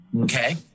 Okay